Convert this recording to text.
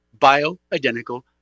bioidentical